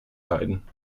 leiden